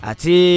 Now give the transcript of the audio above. Ati